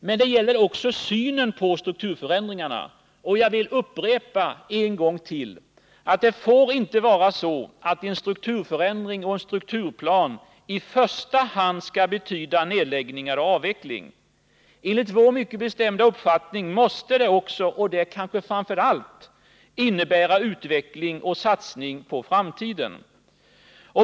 Men här gäller det också synen på strukturförändringarna, och jag vill upprepa detta: Det får inte vara så, att en strukturförändring och en strukturplan i första hand skall betyda nedläggningar och avveckling. Enligt vår mycket bestämda uppfattning måste de också — och kanske framför allt — innebära utveckling och satsning på framtiden.